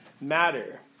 matter